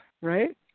right